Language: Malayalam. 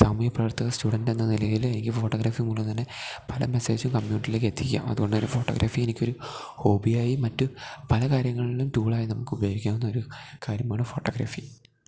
സാമൂഹ്യപ്രവർത്തക സ്റ്റുഡൻറ് എന്ന നിലയിൽ എനിക്ക് ഫോട്ടോഗ്രാഫി കൊണ്ട് തന്നെ പല മെസേജസും കമ്മ്യൂണിറ്റീയിലേക്കെത്തിക്കാം അതോണ്ടെന്നെ ഫോട്ടോഗ്രാഫിയെനിക്കൊരു ഹോബിയായും മറ്റും പലകാര്യങ്ങൾളും ടൂളായി നമുക്ക് ഉപയോഗിക്കാം എന്നൊരു കാര്യമാണ് ഫോട്ടോഗ്രാഫി